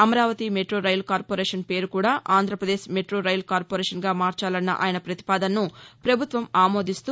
Amaravati metro rail corporation పేరు కూడా Andhra Pradesh metro rail కార్పొరేషన్గా మార్చాలన్న ఆయన ప్రతిపాదనను ప్రభుత్వం ఆమోదిస్తూ